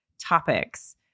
topics